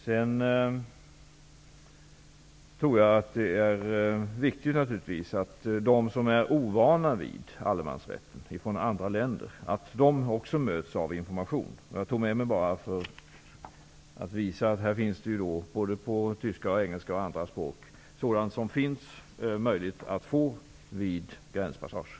Jag tror att det är viktigt att också de från andra länder som är ovana vid allemansrätten möts av information. Jag tog med mig en broschyr för att visa vilken information på både tyska och engelska och andra språk som man kan få vid gränspassager.